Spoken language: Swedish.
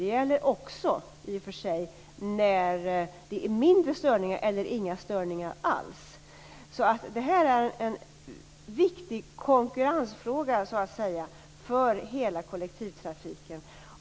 Det gäller i och för sig också när det är mindre störningar eller inga störningar alls. Detta är alltså en viktig konkurrensfråga för hela kollektivtrafiken.